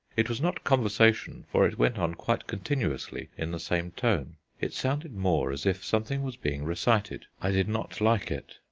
it was not conversation, for it went on quite continuously in the same tone it sounded more as if something was being recited. i did not like it.